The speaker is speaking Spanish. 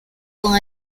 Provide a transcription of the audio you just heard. con